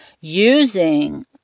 using